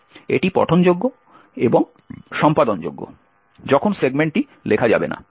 এটি পঠনযোগ্য এবং সম্পাদনযোগ্য যখন সেগমেন্টটি লেখা যাবে না